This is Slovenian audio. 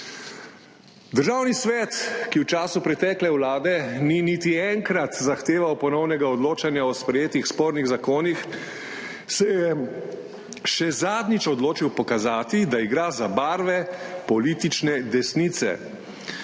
Državni svet, ki v času pretekle vlade ni niti enkrat zahteval ponovnega odločanja o sprejetih spornih zakonih, se je še zadnjič odločil pokazati, da igra za barve politične desnice,